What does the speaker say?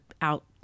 out